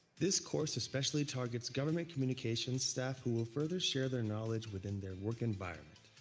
this course especially targets government communications staff who will further share their knowledge within their work environment.